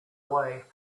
away